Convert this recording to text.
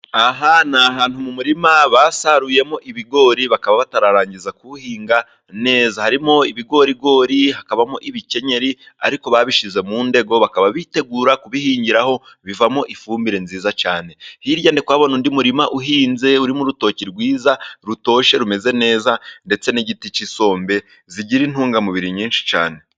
Aha ni ahantu mu murima basaruyemo ibigori, bakaba batararangiza kuwuhinga neza. Harimo ibigorigori, hakabamo ibikenyeri, ariko babishyize mu ndego, bakaba bitegura kubihingiraho, bivamo ifumbire nziza cyane, hirya ndikuhabona undi murima uhinze, urimo urutoki rwiza rutoshye rumeze neza, ndetse n'igiti cy'isombe zigira intungamubiri nyinshi cyane.